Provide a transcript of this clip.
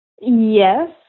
yes